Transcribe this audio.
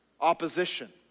opposition